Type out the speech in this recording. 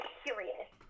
curious